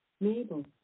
Mabel